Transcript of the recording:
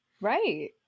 Right